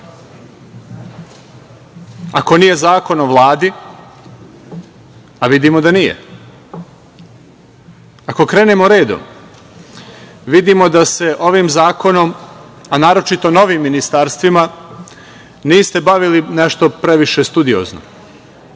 ako nije Zakon o Vladi, a vidimo da nije? Ako krenemo redom, vidimo da se ovim zakonom, a naročito novim ministarstvima niste bavili nešto previše studiozno. Već